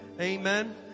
amen